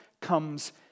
comes